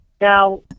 Now